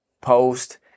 post